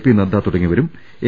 P Nadda തുടങ്ങിയവരും M